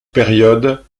période